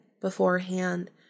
beforehand